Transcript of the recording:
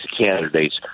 candidates